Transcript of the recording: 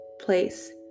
place